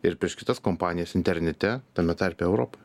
ir prieš kitas kompanijas internete tame tarpe europoje